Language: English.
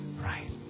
right